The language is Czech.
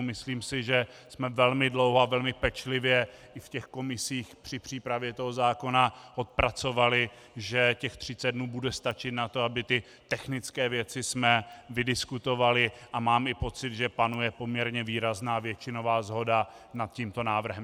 Myslím si, že jsme velmi dlouho a velmi pečlivě i v komisích při přípravě toho zákona odpracovali, že těch 30 dnů bude stačit na to, abychom technické věci vydiskutovali, a mám i pocit, že panuje poměrně výrazná většinová shoda nad tímto návrhem.